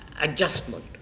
adjustment